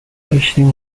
داشتیم